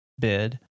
bid